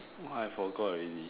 what I forgot already